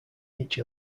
each